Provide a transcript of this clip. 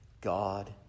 God